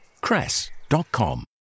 cress.com